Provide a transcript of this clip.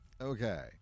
okay